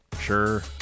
Sure